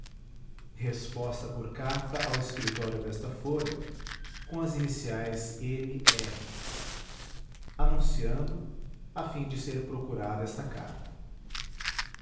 resposta por carta ao escritório desta folha com as iniciais m r anunciando a fim de ser procurada essa carta